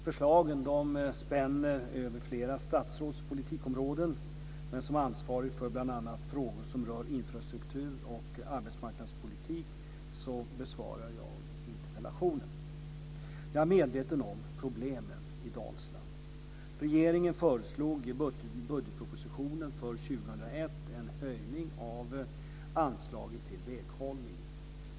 Förslagen spänner över flera statsråds politikområden, men som ansvarig för bl.a. frågor som rör infrastruktur och arbetsmarknadspolitik besvarar jag interpellationen. Jag är medveten om problemen i Dalsland. 2001 en höjning av anslaget till väghållning.